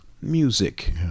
music